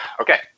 Okay